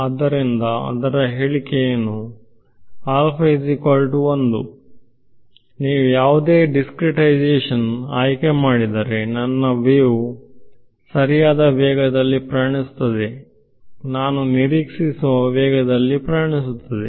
ಆದ್ದರಿಂದ ಅದರ ಹೇಳಿಕೆ ಏನು ನೀವು ಯಾವುದೇ ದಿಸ್ಕ್ರೀಟ್ಐಸ್ಶನ್ ಆಯ್ಕೆ ಮಾಡಿದರೆ ನನ್ನ ವೇವ್ ಸರಿಯಾದ ವೇಗದಲ್ಲಿ ಪ್ರಯಾಣಿಸುತ್ತದೆ ನಾನು ನಿರೀಕ್ಷಿಸುವ ವೇಗದಲ್ಲಿ ಪ್ರಯಾಣಿಸುತ್ತದೆ